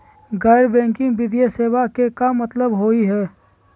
गैर बैंकिंग वित्तीय सेवाएं के का मतलब होई हे?